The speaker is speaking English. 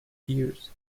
ears